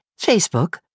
facebook